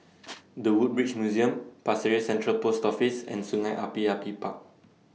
The Woodbridge Museum Pasir Ris Central Post Office and Sungei Api Api Park